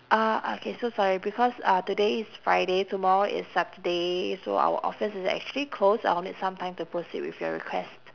uh okay so sorry because uh today is friday tomorrow is saturday so our office is actually closed I will need some time to proceed with your request